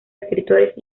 escritores